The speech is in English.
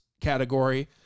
category